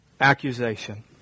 accusation